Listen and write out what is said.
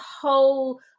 whole